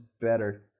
better